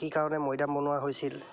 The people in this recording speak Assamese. কি কাৰণে মৈদাম বনোৱা হৈছিল